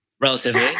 Relatively